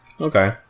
Okay